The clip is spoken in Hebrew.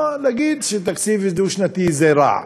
ולהגיד שתקציב דו-שנתי זה רע.